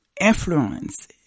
influence